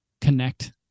connect